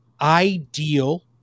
ideal